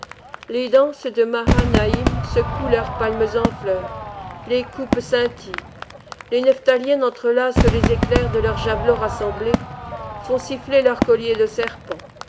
les danses de maha naïm secouent leurs palmes en fleur le coupes scintillent les nephtaliennes entrelacent les éclairs de leurs javelots rassemblés font siffler leurs colliers de serpents